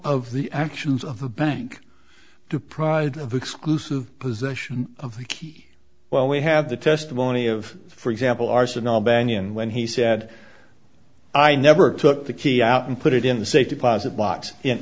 of the actions of the bank to pride of exclusive possession of the key while we have the testimony of for example arson are banyan when he said i never took the key out and put it in the safe deposit box in